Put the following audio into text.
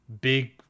big